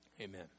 Amen